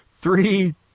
Three